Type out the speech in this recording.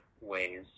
ways